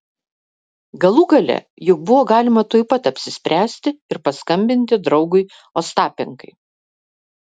galų gale juk buvo galima tuoj pat apsispręsti ir paskambinti draugui ostapenkai